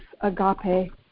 agape